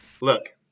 Look